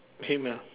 him ah